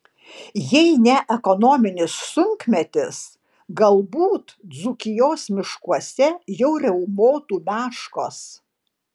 jei ne ekonominis sunkmetis galbūt dzūkijos miškuose jau riaumotų meškos